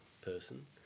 person